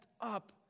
up